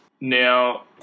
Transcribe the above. Now